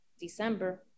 December